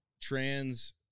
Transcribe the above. trans